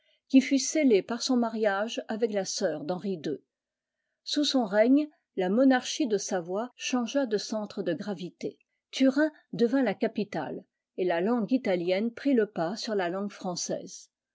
qui fut scellée par son mariage avec la sœur d'henri ii sous son règne la monarchie de savoie changea de centre de gravité turin devint la capitale et la langue italienne prit le pas sur la langue française